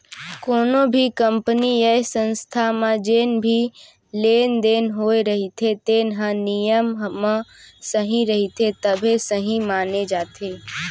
कोनो भी कंपनी य संस्था म जेन भी लेन देन होए रहिथे तेन ह नियम म सही रहिथे तभे सहीं माने जाथे